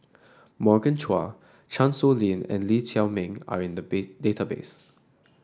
Morgan Chua Chan Sow Lin and Lee Chiaw Meng are in the bay database